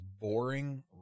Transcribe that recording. boring